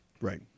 Right